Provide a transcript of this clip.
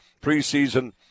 preseason